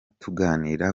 tuganira